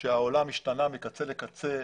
שהעולם השתנה מקצה לקצה,